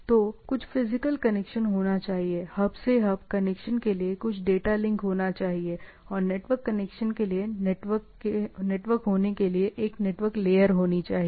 तो कुछ physical connection होना चाहिए हब से हब कनेक्शन के लिए कुछ डेटा लिंक होना चाहिए और नेटवर्क कनेक्शन के लिए नेटवर्क होने के लिए एक नेटवर्क लेयर होनी चाहिए